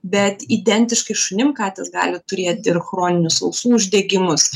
bet identiškai šunim katės gali turėt ir chroninius ausų uždegimus